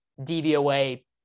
DVOA